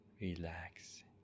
Relax